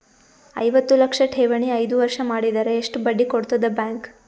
ಐವತ್ತು ಲಕ್ಷ ಠೇವಣಿ ಐದು ವರ್ಷ ಮಾಡಿದರ ಎಷ್ಟ ಬಡ್ಡಿ ಕೊಡತದ ಬ್ಯಾಂಕ್?